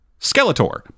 Skeletor